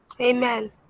Amen